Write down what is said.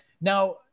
now